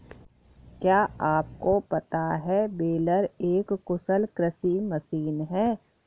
क्या आपको पता है बेलर एक कुशल कृषि मशीन है?